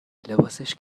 لباسش